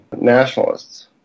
nationalists